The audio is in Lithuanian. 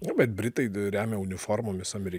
nu bet britai d remia uniformomis ameri